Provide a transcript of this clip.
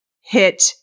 hit